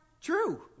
True